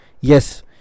yes